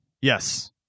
Yes